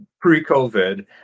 pre-COVID